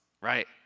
right